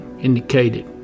indicated